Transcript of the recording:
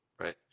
right